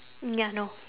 ya no